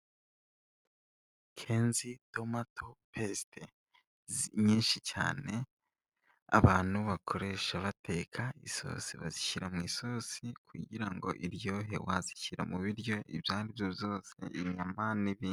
Kenzi tomato pesite nyinshi cyane abantu bakoresha bateka isosi, bazishyira mu isosi kugira ngo iryohe wazishyira mu biryo ibyo ari byo byose inyama n'ibindi.